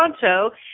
Toronto